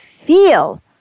feel